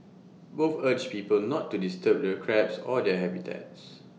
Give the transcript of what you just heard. both urged people not to disturb the crabs or their habitats